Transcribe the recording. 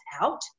out